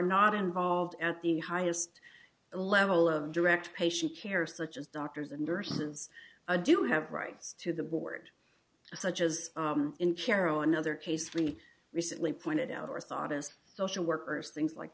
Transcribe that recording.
not involved at the highest level of direct patient care such as doctors and nurses do have rights to the board such as in carol another case we recently pointed out or thought as social workers things like